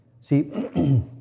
See